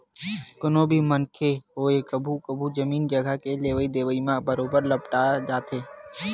कोनो भी मनखे होवय कभू कभू जमीन जघा के लेवई देवई म बरोबर लपटा जाथे